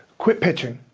quit pitching.